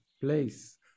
place